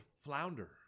flounder